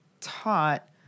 taught